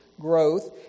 growth